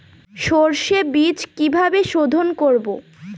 সর্ষে বিজ কিভাবে সোধোন করব?